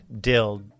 Dill